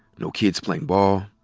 no kids playing ball,